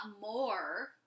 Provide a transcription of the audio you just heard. more